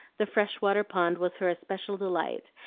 the fresh-water pond was her especial delight,